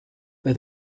they